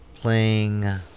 playing